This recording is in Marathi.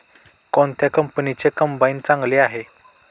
कोणत्या कंपनीचे कंबाईन चांगले आहे?